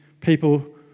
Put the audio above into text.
people